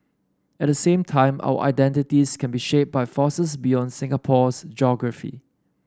at the same time our identities can be shaped by forces beyond Singapore's geography